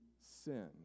sin